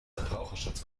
verbraucherschutz